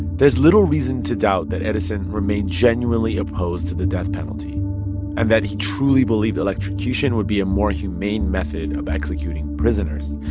there's little reason to doubt that edison remained genuinely opposed to the death penalty and that he truly believed electrocution would be a more humane method of executing prisoners.